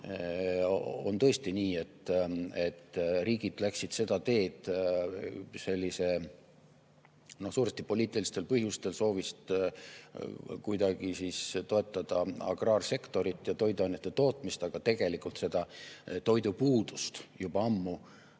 on tõesti nii, et riigid läksid seda teed suuresti poliitilistel põhjustel, soovist toetada agraarsektorit ja toiduainete tootmist, aga tegelikult toidupuudust juba ammu